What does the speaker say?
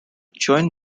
joined